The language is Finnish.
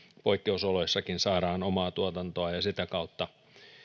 poikkeusoloissakin saadaan omaa tuotantoa ja sitä kautta